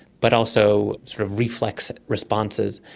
but also sort of reflex responses.